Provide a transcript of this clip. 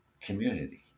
community